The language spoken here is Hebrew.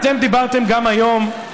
אתם דיברתם גם היום,